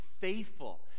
faithful